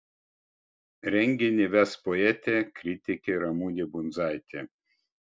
renginį ves poetė kritikė ramunė brundzaitė